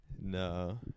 no